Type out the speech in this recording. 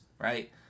right